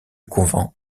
couvent